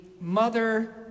mother